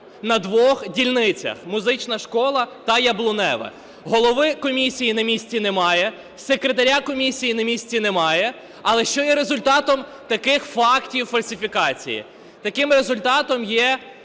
на двох дільницях – музична школа та Яблуневе. Голови комісії на місці немає, секретаря комісії на місці немає. Але що є результатом таких фактів фальсифікації? Таким результатом є